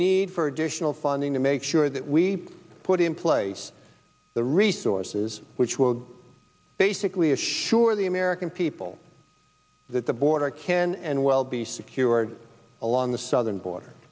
need for additional funding to make sure that we put in place the resources which will basically assure the american people that the border can and will be secured along the southern border